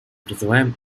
призываем